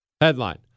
Headline